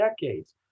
decades